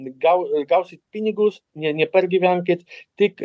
gal ir gausit pinigus ne nepergyvenkit tik